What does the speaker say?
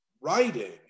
writing